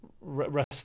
rest